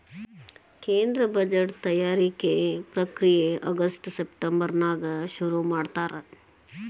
ಕೇಂದ್ರ ಬಜೆಟ್ ತಯಾರಿಕೆ ಪ್ರಕ್ರಿಯೆ ಆಗಸ್ಟ್ ಸೆಪ್ಟೆಂಬರ್ನ್ಯಾಗ ಶುರುಮಾಡ್ತಾರ